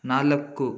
ನಾಲ್ಕು